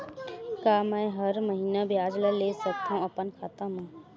का मैं हर महीना ब्याज ला ले सकथव अपन खाता मा?